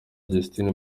justine